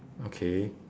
okay